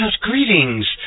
greetings